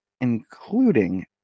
Including